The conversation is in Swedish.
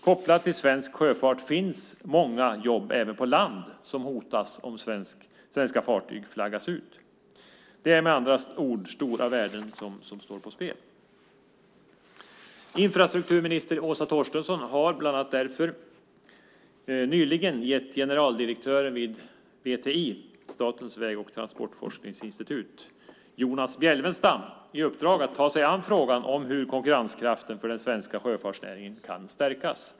Kopplat till svensk sjöfart finns många jobb, även på land, som hotas om svenska fartyg flaggas ut. Det är med andra ord stora värden som står på spel. Infrastrukturminister Åsa Torstensson har bland annat därför nyligen gett generaldirektör Jonas Bjelfvenstam vid Statens väg och transportforskningsinstitut, VTI, i uppdrag att ta sig an frågan om hur konkurrenskraften för den svenska sjöfartsnäringen kan stärkas.